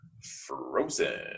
frozen